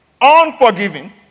unforgiving